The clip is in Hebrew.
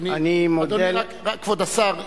כבוד השר,